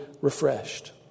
refreshed